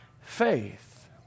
faith